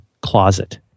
closet